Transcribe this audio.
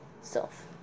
self